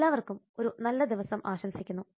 എല്ലാവർക്കും ഒരു നല്ല ദിവസം ആശംസിക്കുന്നു